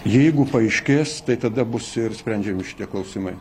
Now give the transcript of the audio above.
jeigu paaiškės tai tada bus ir sprendžiami šitie klausimai